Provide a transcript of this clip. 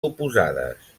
oposades